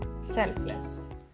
selfless